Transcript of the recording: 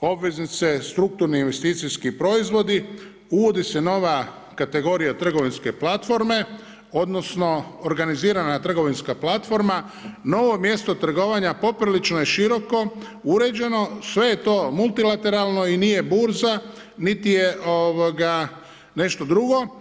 obveznice, strukovni investicijski proizvodi, uvodi se nova kategorija trgovinske platforme, odnosno, organizirana trgovinska platforma, novo mjesto trgovanja poprilično je široko uređeno, sve je to multilateralno i nije burza, niti je nešto drugo.